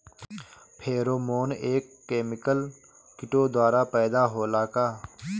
Pheromone एक chemical किटो द्वारा पैदा होला का?